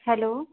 hello